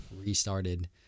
Restarted